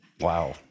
Wow